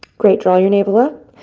great. draw your navel up.